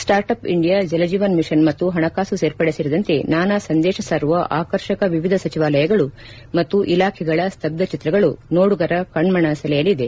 startup India Jaljeevan Mission ಮತ್ತು ಹಣಕಾಸು ಸೇರ್ಪಡೆ ಸೇರಿದಂತೆ ನಾನಾ ಸಂದೇಶ ಸಾರುವ ಆಕರ್ಷಕ ವಿವಿಧ ಸಚಿವಾಲಯಗಳು ಮತ್ತು ಇಲಾಖೆಗಳ ಸ್ತಬ್ದಚಿತ್ರಗಳು ನೋಡುಗರ ಕಣ್ಣನ ಸೆಳೆಯಲಿದೆ